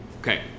Okay